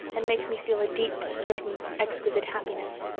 and makes me feel a deep, certain, exquisite happiness.